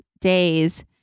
days